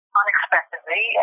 unexpectedly